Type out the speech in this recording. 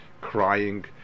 crying